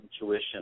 intuition